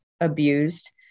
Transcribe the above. abused